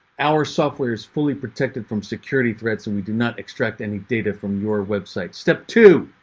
our software is fully protected from security threats and we do not extract any data from your website. step two,